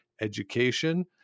education